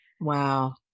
Wow